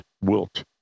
wilt